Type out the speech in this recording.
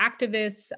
activists